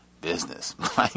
business